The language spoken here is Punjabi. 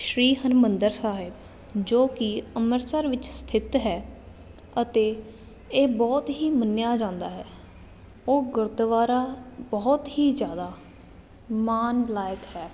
ਸ੍ਰੀ ਹਰਿਮੰਦਰ ਸਾਹਿਬ ਜੋ ਕਿ ਅੰਮ੍ਰਿਤਸਰ ਵਿੱਚ ਸਥਿਤ ਹੈ ਅਤੇ ਇਹ ਬਹੁਤ ਹੀ ਮੰਨਿਆ ਜਾਂਦਾ ਹੈ ਉਹ ਗੁਰਦੁਆਰਾ ਬਹੁਤ ਹੀ ਜ਼ਿਆਦਾ ਮਾਨ ਲਾਇਕ ਹੈ